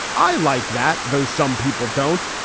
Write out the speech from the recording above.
i like that those some people don't.